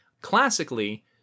Classically